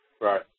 Right